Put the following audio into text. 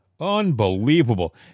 Unbelievable